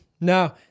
No